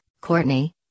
Courtney